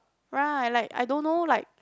right like I don't know like